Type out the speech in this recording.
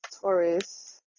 Taurus